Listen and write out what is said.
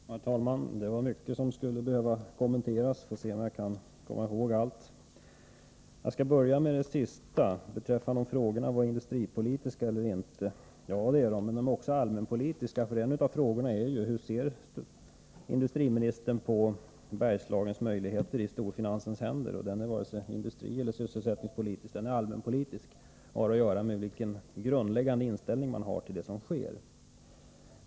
Herr talman! Industriministern berörde många frågor som skulle behöva kommenteras, och jag hoppas att jag kommer ihåg alla. Jag skall börja med den sista. Industriministern diskuterade huruvida mina frågor var industripolitiska eller inte. De är industripolitiska, men de är också allmänpolitiska. En av frågorna gällde nämligen hur industriministern ser på Bergslagens möjligheter i storfinansens händer. Den frågan är varken industripolitisk eller sysselsättningspolitisk, utan den är allmänpolitisk och har att göra med vilken grundläggande inställning industriministern har till det som sker.